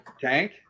Tank